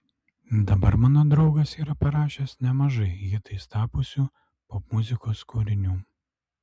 dabar mano draugas yra parašęs nemažai hitais tapusių popmuzikos kūrinių